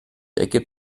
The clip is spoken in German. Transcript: ergibt